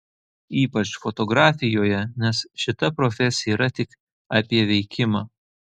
ypač fotografijoje nes šita profesija yra tik apie veikimą